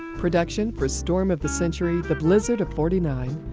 production for storm of the century, the blizzard of forty nine,